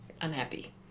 unhappy